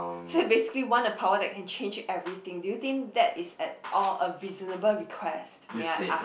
so basically want the power that can change everything do you think that it's at or a reasonable request may I ask